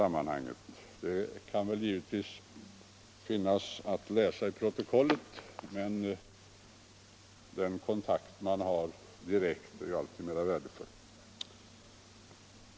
Man kan givetvis läsa i protokollet, men den kontakt man har direkt är ju alltid mera värdefull.